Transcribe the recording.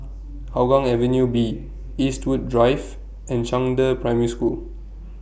Hougang Avenue B Eastwood Drive and Zhangde Primary School